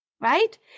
right